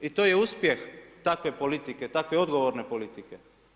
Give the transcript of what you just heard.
I to je uspjeh takve politike, takve odgovorne politike.